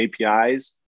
APIs